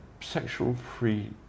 sexual-free